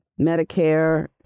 Medicare